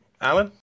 Alan